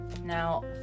Now